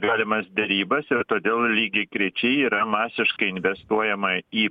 galimas derybas ir todėl lygiagrečiai yra masiškai investuojama į